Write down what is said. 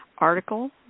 article